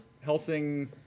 Helsing